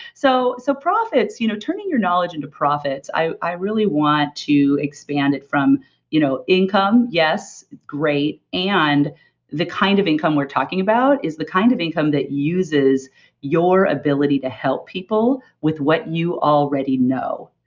so, so you know turning your knowledge into profits, i i really want to expand it from you know income, yes great. and the kind of income we're talking about is the kind of income that uses your ability to help people with what you already know.